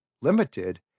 limited